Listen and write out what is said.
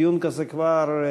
דיון כזה כבר,